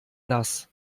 nass